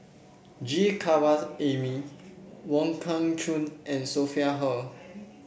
G Kandasamy Wong Kah Chun and Sophia Hull